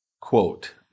quote